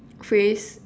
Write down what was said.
phrase